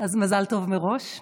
אז מזל טוב מראש.